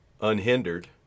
unhindered